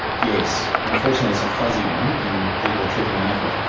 yes. unfortunately it's a fuzzy one and people are tripping over it.